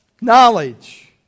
Knowledge